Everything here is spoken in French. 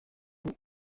vous